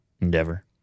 endeavor